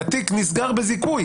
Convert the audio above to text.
כשהתיק נסגר בזיכוי.